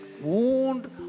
wound